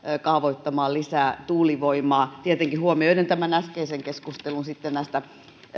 kaavoittamaan lisää tuulivoimaa tietenkin huomioiden tämä äskeinen keskustelu sitten näistä